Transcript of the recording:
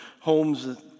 homes